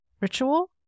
ritual